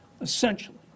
essentially